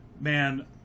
Man